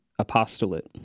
apostolate